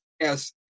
Yes